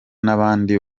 n’abandi